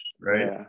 right